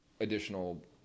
additional